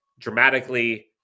Dramatically